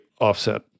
offset